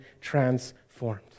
transformed